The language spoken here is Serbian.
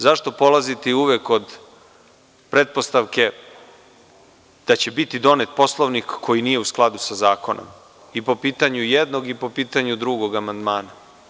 Zašto polaziti uvek od pretpostavke da će biti donet poslovnik koji nije u skladu sa zakonom i po pitanju jednog i po pitanju drugog amandmana?